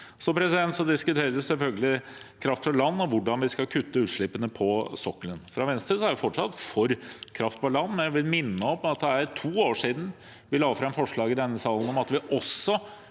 strategi. Så diskuteres selvfølgelig kraft fra land og hvordan vi skal kutte utslippene fra sokkelen. Fra Venstres side er vi fortsatt for kraft fra land, men jeg vil minne om at det er to år siden vi la fram forslag i denne salen om at vi også